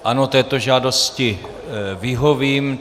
Ano, této žádosti vyhovím.